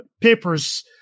papers